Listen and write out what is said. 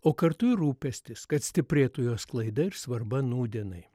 o kartu ir rūpestis kad stiprėtų jo sklaida ir svarba nūdienai